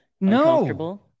No